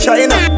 China